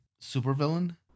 supervillain